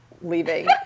leaving